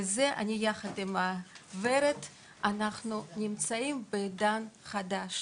בזה אני יחד עם ורד, אנחנו נמצאים בעידן חדש